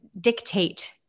dictate